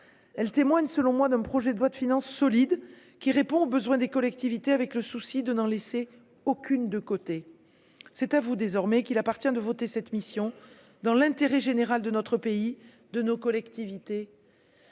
elles témoignent selon moi d'un projet de loi de finances solides qui répond aux besoins des collectivités avec le souci de n'en laisser aucune de côté, c'est à vous, désormais qu'il appartient de voter cette mission dans l'intérêt général de notre pays, de nos collectivités.